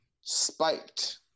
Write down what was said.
spiked